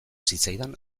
zitzaidan